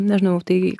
nežinau tai